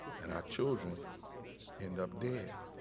and our children end up dead